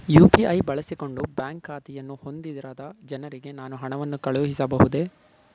UPI ಬಳಸಿಕೊಂಡು bank ಖಾತೆಯನ್ನು ಹೊಂದಿರದ ಜನರಿಗೆ ನಾನು ಹಣವನ್ನು ಕಳುಹಿಸಬಹುದೇ?